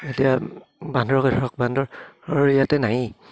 এতিয়া বান্দৰকে ধৰক বান্দৰ ইয়াতে নাইয়ে